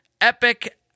epic